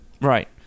Right